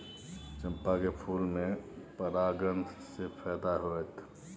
चंपा के फूल में परागण से फायदा होतय?